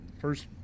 First